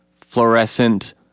fluorescent